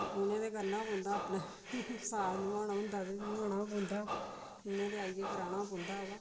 ते उ'नें ते करना पौंदा अपना साथ नभाना होंदा हा ते नभाना पौंदा हा उनें ते आइयै कराना गै पौंदा हा बा